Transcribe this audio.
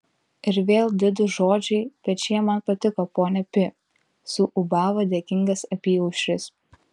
ir vėl didūs žodžiai bet šie man patiko ponia pi suūbavo dėkingas apyaušris